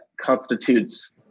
constitutes